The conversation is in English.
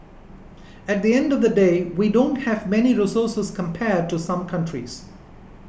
at the end of the day we don't have many resources compared to some countries